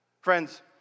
Friends